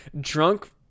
drunk